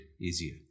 easier